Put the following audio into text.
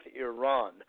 Iran